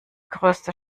größte